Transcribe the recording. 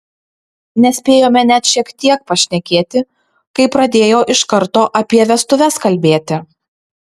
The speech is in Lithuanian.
nespėjome net šiek tiek pašnekėti kai pradėjo iš karto apie vestuves kalbėti